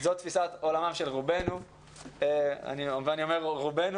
זו תפיסת עולמם של רובנו ואני אומר רובנו